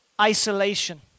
isolation